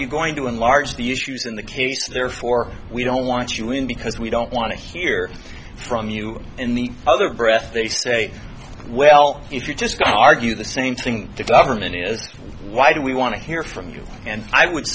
you going to enlarge the issues in the case therefore we don't want you in because we don't want to hear from you in the other breath they say well if you're just going to argue the same think the government is why do we want to hear from you and i would